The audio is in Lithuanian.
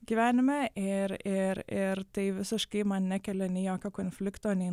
gyvenime ir ir ir tai visiškai man nekelia nei jokio konflikto nei